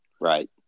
Right